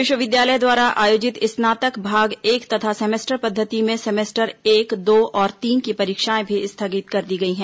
विश्वविद्यालय द्वारा आयोजित स्नातक भाग एक तथा सेमेस्टर पद्धति मे सेमेस्टर एक दो और तीन की परीक्षाएं भी स्थगित कर दी गई हैं